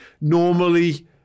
normally